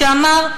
שאמר,